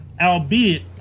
Albeit